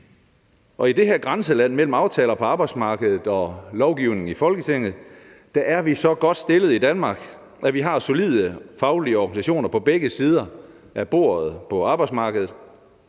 i det her grænseland mellem aftaler på arbejdsmarkedet og lovgivning i Folketinget er vi så godt stillet i Danmark, at vi har solide faglige organisationer på begge sider af bordet på arbejdsmarkedet.